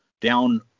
down